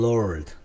Lord